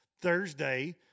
Thursday